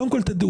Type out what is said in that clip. קודם כול תדעו: